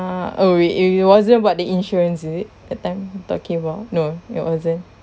oh wait if it wasn't about the insurance is it that time we talking about no it wasn't